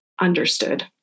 understood